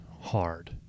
hard